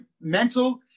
mental